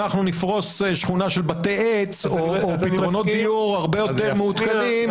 אנחנו נפרוס שכונה של בתי עץ או פתרונות דיור הרבה יותר מעודכנים,